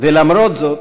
ולמרות זאת,